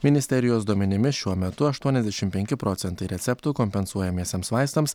ministerijos duomenimis šiuo metu aštuoniasdešim penki procentai receptų kompensuojamiesiems vaistams